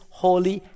holy